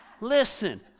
Listen